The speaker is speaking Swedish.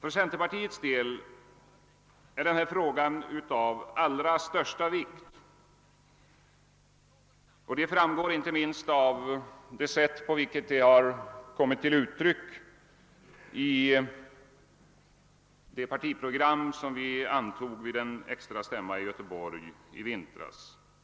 För centerpartiets del är frågan av allra största vikt, något som kommit till uttryck inte minst i det partiprogram som vi antog vid en extra stämma i Göteborg i vintras.